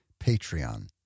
Patreon